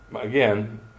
again